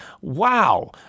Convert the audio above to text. Wow